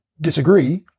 disagree